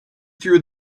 through